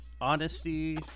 Honesty